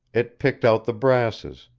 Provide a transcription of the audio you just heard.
it picked out the brasses,